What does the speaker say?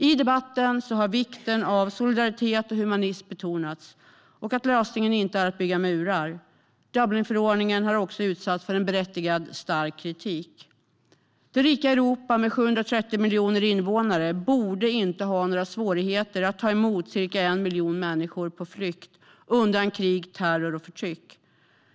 I debatten har vikten av solidaritet och humanism betonats, liksom att lösningen inte är att bygga murar. Dublinförordningen har också utsatts för - berättigad - stark kritik. Det rika Europa med 730 miljoner invånare borde inte ha några svårigheter att ta emot ca 1 miljon människor på flykt undan krig, terror och förtryck.